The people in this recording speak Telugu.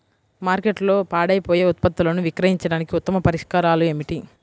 మార్కెట్లో పాడైపోయే ఉత్పత్తులను విక్రయించడానికి ఉత్తమ పరిష్కారాలు ఏమిటి?